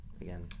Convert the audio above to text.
again